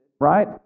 right